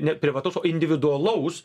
ne privataus o individualaus